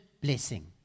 blessing